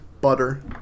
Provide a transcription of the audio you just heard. Butter